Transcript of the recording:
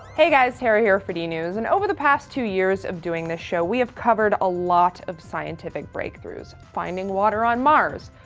hey guys, tara here for dnews and over the past two years of doing this show, we've covered a lot of scientific breakthroughs. finding water on mars,